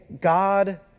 God